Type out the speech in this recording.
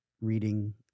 reading